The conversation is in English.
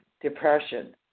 depression